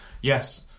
Yes